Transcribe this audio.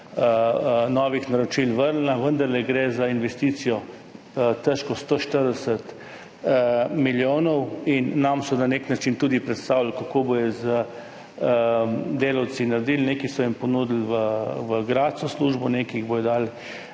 novih naročil, vrnila. Vendarle gre za investicijo, težko 140 milijonov, in nam so na nek način tudi predstavili, kako bodo z delavci naredili, nekaterim so ponudili v Gradcu službo, nekaj jih bodo dali